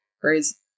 whereas